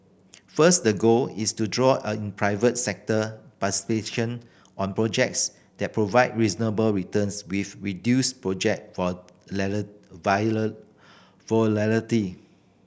first the goal is to draw an private sector participation on projects that provide reasonable returns with reduced project volatility